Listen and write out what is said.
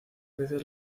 veces